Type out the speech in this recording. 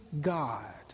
God